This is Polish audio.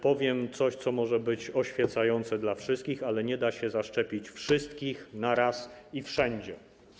Powiem coś, co może być oświecające dla wszystkich, ale nie da się zaszczepić wszystkich naraz i wszędzie.